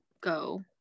go